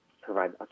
provide